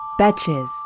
Betches